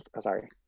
sorry